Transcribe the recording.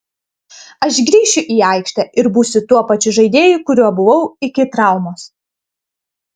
aš grįšiu į aikštę ir būsiu tuo pačiu žaidėju kuriuo buvau iki traumos